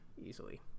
easily